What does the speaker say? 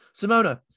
Simona